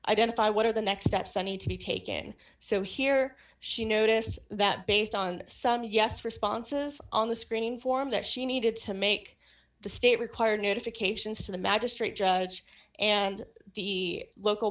identify what are the next steps that need to be taken so here she noticed that based on some yes responses on the screening form that she needed to make the state required notifications to the magistrate judge and the local